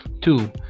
Two